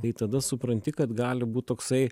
tai tada supranti kad gali būt toksai